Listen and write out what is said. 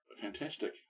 fantastic